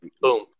boom